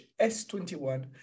S21